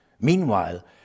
Meanwhile